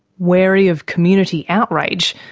wary of community outrage,